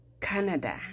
Canada